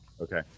Okay